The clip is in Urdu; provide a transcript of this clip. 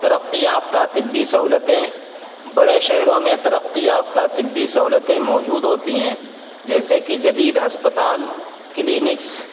ترقی یافتہ طبی سہولتیں بڑے شہروں میں ترقی یافتہ طبی سہولتیں موجود ہوتی ہیں جیسے کہ جدید ہسپتال کلینکس